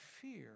fear